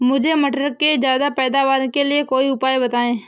मुझे मटर के ज्यादा पैदावार के लिए कोई उपाय बताए?